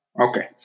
Okay